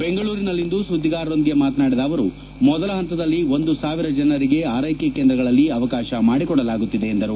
ಬೆಂಗಳೂರಿನಲ್ಲಿಂದು ಸುದ್ದಿಗಾರರೊಂದಿಗೆ ಮಾತನಾಡಿದ ಅವರು ಮೊದಲ ಹಂತದಲ್ಲಿ ಒಂದು ಸಾವಿರ ಜನರಿಗೆ ಆರೈಕೆ ಕೇಂದ್ರಗಳಲ್ಲಿ ಅವಕಾಶ ಮಾಡಿಕೊಡಲಾಗುತ್ತದೆ ಎಂದರು